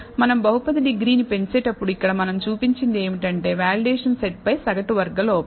మనం బహుపది డిగ్రీని పెంచేటప్పుడు ఇక్కడ మనం చూపించింది ఏమిటంటే వాలిడేషన్ సెట్ పై సగటు వర్గ లోపం